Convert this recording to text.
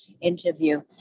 interview